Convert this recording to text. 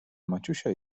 maciusia